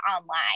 online